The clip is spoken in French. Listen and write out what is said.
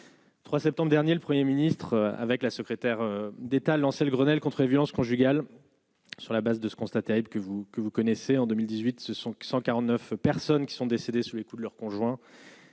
3 septembre dernier le 1er ministre avec la secrétaire d'État lancé le Grenelle contre violences conjugales, sur la base de ce constat terrible que vous que vous connaissez en 2018 se sont, qui 149 personnes qui sont décédées sous les coups de leur conjoint